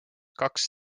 kaks